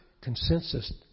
consensus